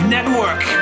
Network